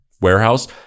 warehouse